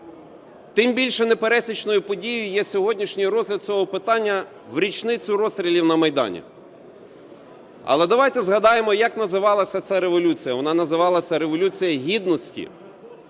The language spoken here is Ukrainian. Тим більше, непересічною подією є сьогоднішній розгляд цього питання в річницю розстрілів на Майдані. Але давайте згадаємо, як називалась ця Революція – вона називалась Революція Гідності.